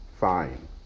Fine